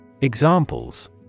Examples